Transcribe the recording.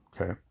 okay